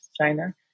China